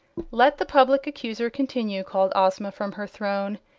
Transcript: let the public accuser continue, called ozma from her throne,